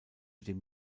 dem